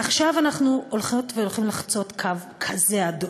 עכשיו אנחנו הולכות והולכים לחצות קו כזה אדום,